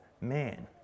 man